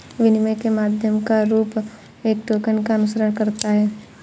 विनिमय के माध्यम का रूप एक टोकन का अनुसरण करता है